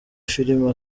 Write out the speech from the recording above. filime